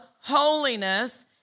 holiness